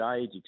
age